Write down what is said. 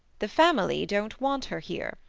the family don't want her here,